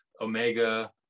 Omega